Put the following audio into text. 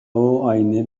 آینه